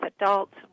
adults